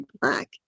black